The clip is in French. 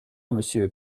monsieur